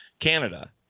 Canada